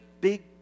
big